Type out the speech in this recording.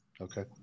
Okay